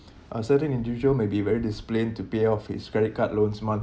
a certain individual may be very discipline to pay off his credit card loans monthly